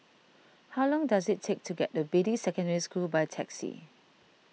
how long does it take to get to Beatty Secondary School by taxi